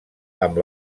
amb